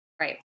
Right